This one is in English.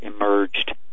emerged